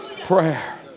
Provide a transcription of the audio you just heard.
prayer